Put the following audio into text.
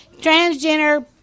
Transgender